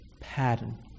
pattern